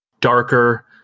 darker